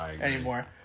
anymore